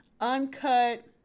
uncut